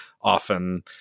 often